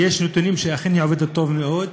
ויש נתונים שהיא אכן עובדת טוב מאוד,